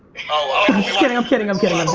kidding i'm kidding, i'm kidding,